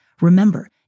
Remember